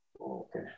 Okay